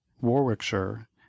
warwickshire